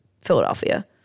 philadelphia